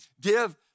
Give